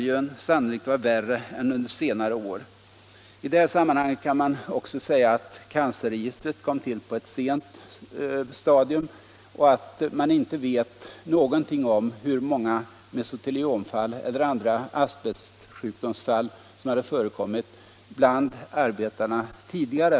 Jag kan i sammanhanget nämna att cancerregistret kom till på ett sent stadium, och att man inte vet någonting om hur många mesoteliomfall eller andra asbestsjukdomsfall som hade förekommit bland arbetarna tidigare.